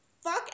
fuck